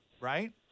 right